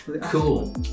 cool